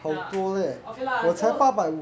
ya okay lah 多